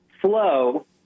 flow